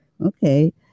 okay